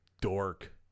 dork